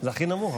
זה הכי נמוך,